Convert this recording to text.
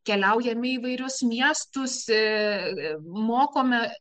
keliaujame į įvairius miestus e mokome